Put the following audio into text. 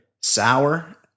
sour